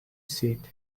seat